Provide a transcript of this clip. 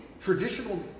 traditional